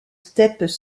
steppes